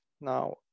now